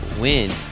Win